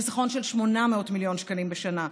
לחיסכון של 800 מיליון שקלים בשנה.